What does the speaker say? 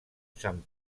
sant